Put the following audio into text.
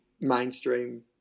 mainstream